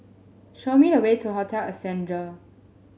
show me the way to Hotel Ascendere